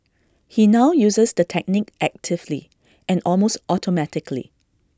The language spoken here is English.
he now uses the technique actively and almost automatically